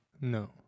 No